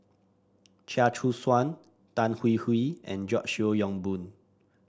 Chia Choo Suan Tan Hwee Hwee and George Yeo Yong Boon